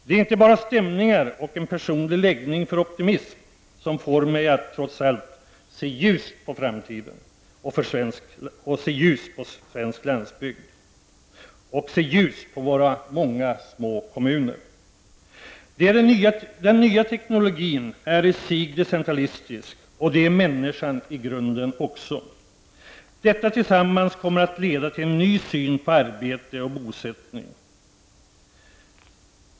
Det är inte bara stämningar och en personlig läggning för optimism som får mig att trots allt se ljust på framtiden för svensk landsbygd och på våra många små kommuner. Den nya teknologin är i sig decentralistisk, och det är människan i grunden också. Detta tillsammans kommer att leda till en ny syn på arbete och bosättning.